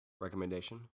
recommendation